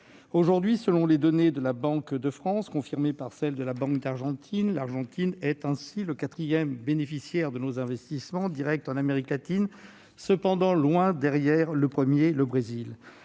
Aujourd'hui, selon les données de la Banque de France, confirmées par celles de la Banque d'Argentine, l'Argentine est la quatrième bénéficiaire de nos investissements directs en Amérique latine, cependant loin derrière le premier, le Brésil.